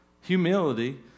Humility